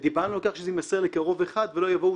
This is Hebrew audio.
ודיברנו על כך שזה יימסר לקרוב אחד ולא יבואו